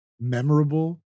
memorable